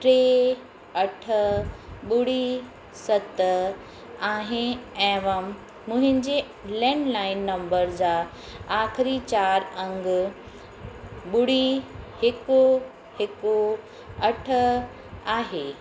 टे अठ ॿुड़ी सत आहे एवम मुहिंजे लैंडलाइन नम्बर जा आख़िरी चार अंग ॿुड़ी हिकु हिकु अठ आहे